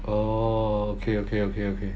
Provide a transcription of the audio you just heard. orh okay okay okay okay